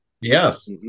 Yes